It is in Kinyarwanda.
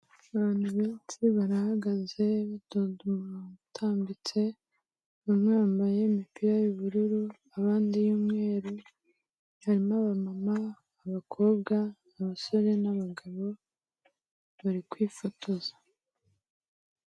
Abantu benshi barahagaze batonze utambitse, bamwe bambaye imipira y'ubururu, abandi iy'umweru, harimo abamama, abakobwa, abasore n'abagabo bari kwifotoza.